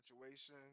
situation